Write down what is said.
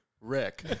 Rick